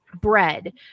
bread